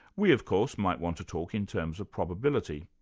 we, of course, might want to talk in terms of probability.